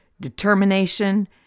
determination